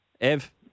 Ev